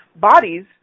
Bodies